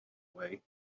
way